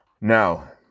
Now